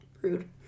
Rude